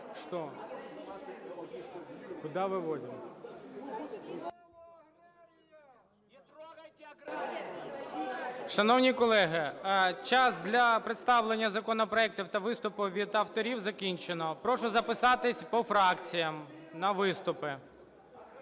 Шановні колеги, час для представлення законопроектів та виступів від авторів закінчено. Прошу записатись по фракціях на виступи.